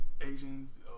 Asians